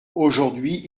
aujourd’hui